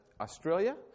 Australia